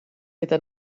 gyda